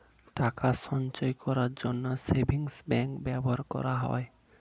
টাকা সঞ্চয় করার জন্য সেভিংস ব্যাংক ব্যবহার করা হয়